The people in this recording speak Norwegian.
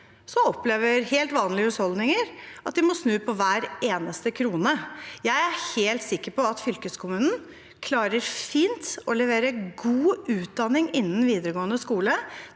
opplever helt vanlige husholdninger at de må snu på hver eneste krone. Jeg er helt sikker på at fylkeskommunen fint klarer å levere god utdanning innenfor videregående skole